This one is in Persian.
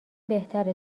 بهتره